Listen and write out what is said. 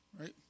Right